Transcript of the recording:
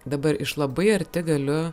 dabar iš labai arti galiu